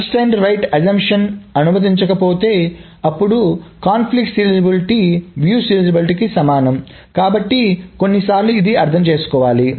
నిర్బంధ వ్రాత ఊహలను అనుమతించకపోతే అప్పుడు కాన్ఫ్లిక్ట్ సీరియలైజబిలిటీ వీక్షణ సీరియలైజబిలిటీకి సమానం కాబట్టి కొన్నిసార్లు ఇది అర్థం చేసుకోవాలి